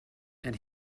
and